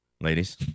ladies